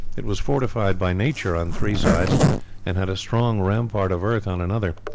it was fortified by nature on three sides and had a strong rampart of earth on another.